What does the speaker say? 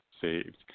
saved